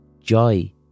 joy